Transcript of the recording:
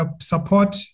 support